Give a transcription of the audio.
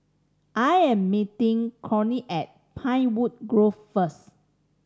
I am meeting Kortney at Pinewood Grove first